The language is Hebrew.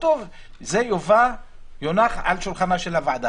כתוב שזה יונח על שולחנה של הוועדה,